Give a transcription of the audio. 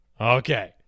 Okay